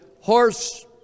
horse